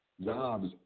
Jobs